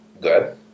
good